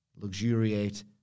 luxuriate